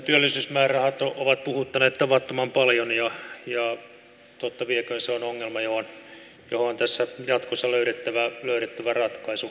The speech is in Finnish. työllisyysmäärärahat ovat puhuttaneet tavattoman paljon ja totta vieköön se on ongelma johon tässä jatkossa on löydettävä ratkaisu